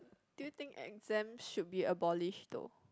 do you think exams should be abolished though